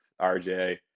RJ